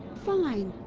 fine.